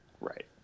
Right